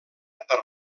per